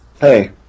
Hey